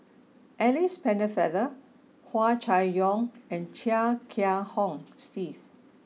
Alice Pennefather Hua Chai Yong and Chia Kiah Hong Steve